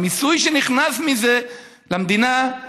המיסוי שנכנס מזה למדינה,